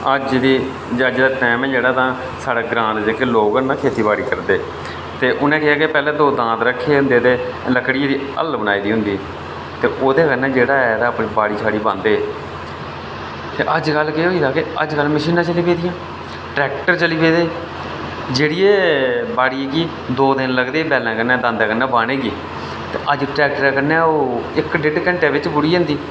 अज्ज दा टैम ऐ जेह्ड़ा तां साढ़े ग्रांऽ दे जेह्के लोग न ना खेत्ती बाड़ी करदे ते उनें केह् दो दांद रक्खे दे होंदे ते लकड़ियें दी हल्ल बनाई दी होंदी ते ओह्दे कन्नै अपनी बाड़ी साड़ी बांह्दे अज्ज कल केह् होई दा के मशीनां चली पेदियां ट्रैक्टर चली पेदे जेह्ड़े एह् बाड़ी गी दो दिन लगदे हे बाह्नें गी ते अज्ज ट्रैक्टरै कन्नै ओह् इक डेढ घैंटै बिच्च बुढ़ी जंदी